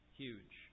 huge